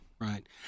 Right